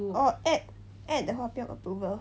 orh add add 的话不用 approval